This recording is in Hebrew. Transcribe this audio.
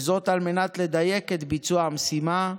וזאת על מנת לדייק את ביצוע המשימה,